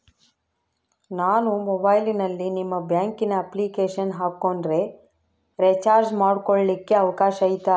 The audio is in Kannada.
ನಾನು ಮೊಬೈಲಿನಲ್ಲಿ ನಿಮ್ಮ ಬ್ಯಾಂಕಿನ ಅಪ್ಲಿಕೇಶನ್ ಹಾಕೊಂಡ್ರೆ ರೇಚಾರ್ಜ್ ಮಾಡ್ಕೊಳಿಕ್ಕೇ ಅವಕಾಶ ಐತಾ?